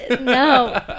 No